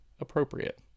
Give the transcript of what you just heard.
appropriate